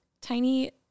tiny